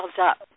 up